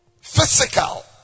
Physical